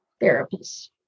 therapists